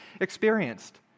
experienced